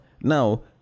now